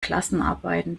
klassenarbeiten